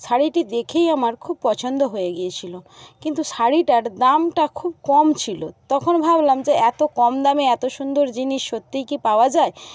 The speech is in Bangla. শাড়িটি দেখেই আমার খুব পছন্দ হয়ে গিয়েছিল কিন্তু শাড়িটার দামটা খুব কম ছিল তখন ভাবলাম যে এত কম দামে এত সুন্দর জিনিস সত্যিই কী পাওয়া যায়